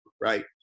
right